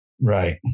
Right